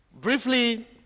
Briefly